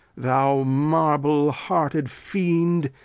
thou marble-hearted fiend,